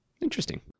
Interesting